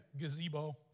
gazebo